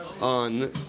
on